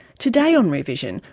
today on rear vision,